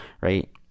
right